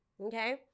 Okay